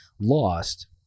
lost